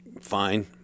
fine